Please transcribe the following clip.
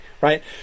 right